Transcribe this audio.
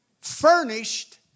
furnished